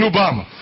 Obama